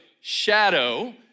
shadow